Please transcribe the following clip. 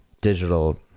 digital